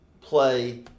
play